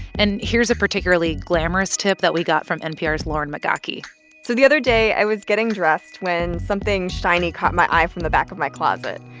and here's a particularly glamorous tip that we got from npr's lauren migaki so the other day, i was getting dressed when something shiny caught my eye from the back of my closet.